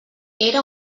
era